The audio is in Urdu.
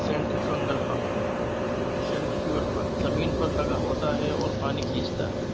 سینٹریفنگل پمپ سینٹریفل پمک زمین پر لگا ہوتا ہے اور پانی کھینچتا ہے